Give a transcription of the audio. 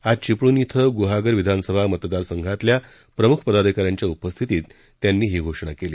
आज चिपळूण इथं ग्हागर विधानसभा मतदारसंघातील प्रम्ख पदाधिकाऱ्यांच्या उपस्थितीत त्यांनी ही घोषणा केली